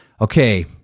okay